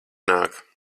nāk